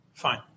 Fine